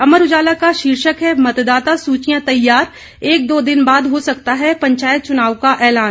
अमर उजाला का शीर्षक है मतदाता सूचियां तैयार एक दो दिन बाद हो सकता है पंचायत चुनाव का एलान